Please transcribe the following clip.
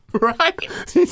Right